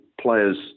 players